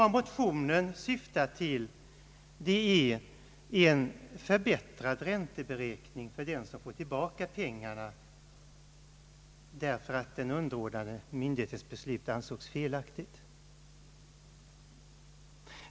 Vad motionen syftar till är en förbättrad ränteberäkning för den:som får tillbaka pengarna, därför att den underordnade myndighetens beslut 'ansetts felaktigt. : nn.